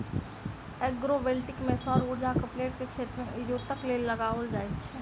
agrovoltaic मे सौर उर्जाक प्लेट के खेत मे इजोतक लेल लगाओल जाइत छै